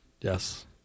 yes